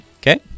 Okay